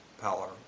power